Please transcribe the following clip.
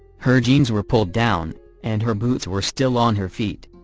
her jeans were pulled down and her boots were still on her feet.